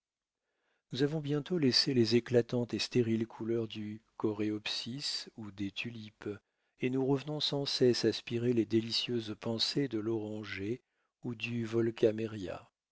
nous avons bientôt laissé les éclatantes et stériles couleurs du choréopsis ou des tulipes et nous revenons sans cesse aspirer les délicieuses pensées de l'oranger ou du